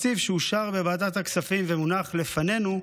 בתקציב שאושר בוועדת הכספים ומונח לפנינו,